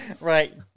right